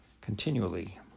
continually